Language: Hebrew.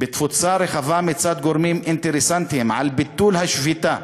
בתפוצה רחבה מצד גורמים אינטרסנטיים על ביטול השביתה.